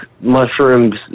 mushrooms